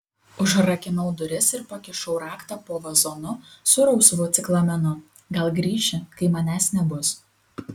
užrakinau duris ir pakišau raktą po vazonu su rausvu ciklamenu gal grįši kai manęs nebus